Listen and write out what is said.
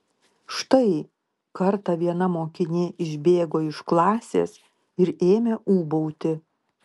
štai kartą viena mokinė išbėgo iš klasės ir ėmė ūbauti